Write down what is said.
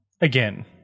again